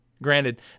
Granted